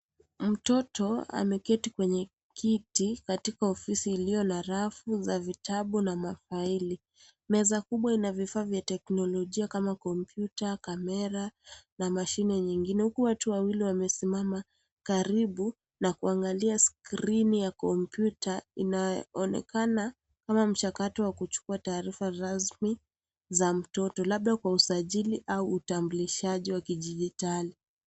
Mtoto ameketi kwenye kiti katika ofisi iliyo na rafu za vitabu na mafaili. Meza kubwa ina vifaa vya teknolojia kama kompyuta, kamera na mashine nyingine huku watu wawili wamesimama karibu na kuangalia skrini ya kompyuta inaonekana kama mchakato wa kuchukua taarifa rasmi za mtoto labda kwa usajili au utambulishaji wa kidijitali.